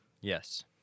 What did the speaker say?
Yes